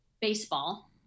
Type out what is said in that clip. baseball